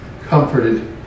Comforted